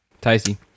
Tasty